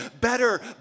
better